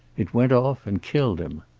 it went off and killed him.